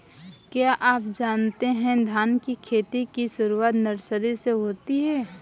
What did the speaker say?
क्या आप जानते है धान की खेती की शुरुआत नर्सरी से होती है?